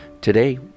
Today